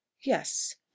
yes